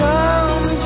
Come